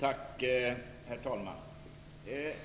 Herr talman!